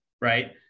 right